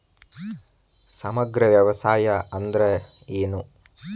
ಸಮಗ್ರ ವ್ಯವಸಾಯ ಅಂದ್ರ ಏನು?